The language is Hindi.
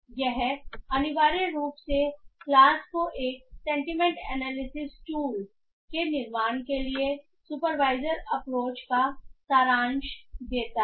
यह अनिवार्य रूप से क्लास को एक सेंटीमेंट एनालिसिस टूल के निर्माण के लिए सुपरवाइजर अप्रोचेस का सारांश देता है